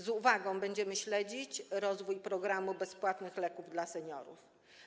Z uwagą będziemy śledzić rozwój programu bezpłatnych leków dla seniorów.